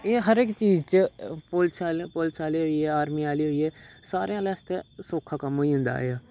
एह् हर इक चीज़ च पुलिस आह्ले पुलिस आह्ले होई गे आर्मी आह्ले होई गे सारे आह्लें आस्तै सौक्खा कम्म होई जन्दा एह्